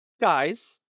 guys